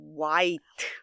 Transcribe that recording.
White